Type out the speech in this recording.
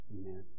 Amen